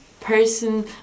person